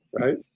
right